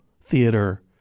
Theater